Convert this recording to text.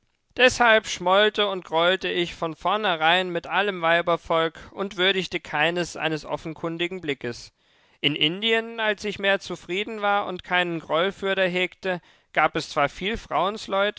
deshalb schmollte und grollte ich von vornherein mit allem weibervolk und würdigte keines eines offenkundigen blickes in indien als ich mehr zufrieden war und keinen groll fürder hegte gab es zwar viel